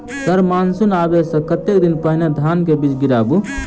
Sir monsoon आबै सऽ कतेक दिन पहिने धान केँ बीज गिराबू?